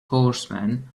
horsemen